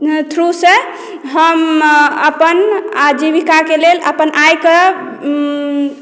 through सॅं हम अपन आजीविकाक लेल अपन आयके